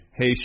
Hey